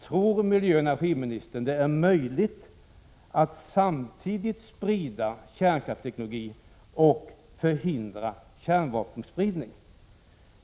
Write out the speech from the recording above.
Tror hon att det är möjligt att samtidigt sprida kärnkraftsteknologi och förhindra kärnvapenspridning?